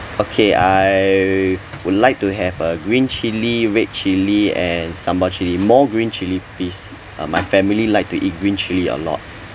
okay I would like to have a green chili red chili and sambal chili more green chili please uh my family like to eat green chili a lot